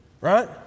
Right